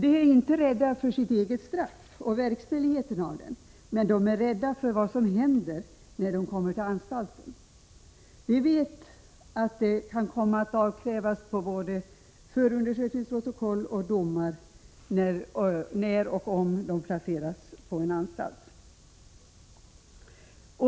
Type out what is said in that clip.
De är inte rädda för sitt eget straff och verkställigheten av det, men de är rädda för vad som händer när de kommer till anstalten. De vet att de kan komma att avkrävas både förundersökningsprotokoll och domar när och om de placeras på en anstalt.